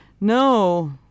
no